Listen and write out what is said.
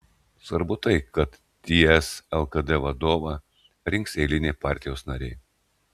svarbu tai kad ts lkd vadovą rinks eiliniai partijos nariai